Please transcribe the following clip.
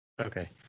Okay